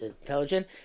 intelligent